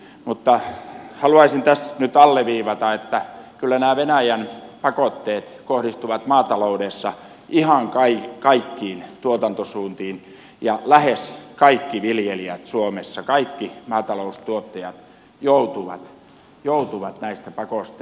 mutta haluaisin tässä nyt alleviivata että kyllä nämä venäjän pakotteet kohdistuvat maataloudessa ihan kaikkiin tuotantosuuntiin ja lähes kaikki maataloustuottajat suomessa joutuvat näistä pakotteista kärsimään